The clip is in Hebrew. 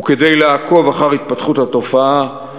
וכדי לעקוב אחר התפתחות התופעה,